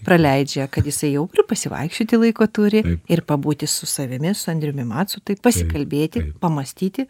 praleidžia kad jisai jau pri pasivaikščioti laiko turi ir pabūti su savimi su andriumi macu taip pasikalbėti pamąstyti